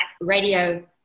Radio